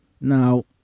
Now